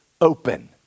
open